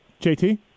JT